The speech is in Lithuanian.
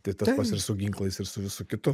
tai tas pats ir su ginklais ir su visu kitu